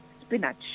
spinach